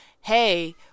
hey